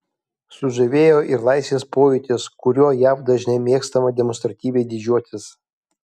sužavėjo ir laisvės pojūtis kuriuo jav dažnai mėgstama demonstratyviai didžiuotis